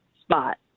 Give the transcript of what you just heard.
spot